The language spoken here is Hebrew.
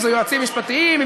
אם יועצים משפטיים,